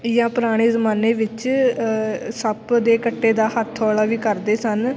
ਜਾਂ ਪੁਰਾਣੇ ਜ਼ਮਾਨੇ ਵਿੱਚ ਸੱਪ ਦੇ ਕੱਟੇ ਦਾ ਹੱਥੋਲ਼ਾ ਵੀ ਕਰਦੇ ਸਨ